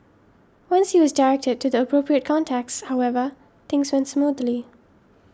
once he was directed to the appropriate contacts however things went smoothly